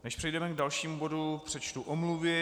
Než přejdeme k dalšímu bodu, přečtu omluvy.